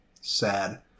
Sad